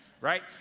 right